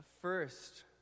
first